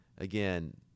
Again